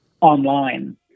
online